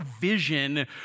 vision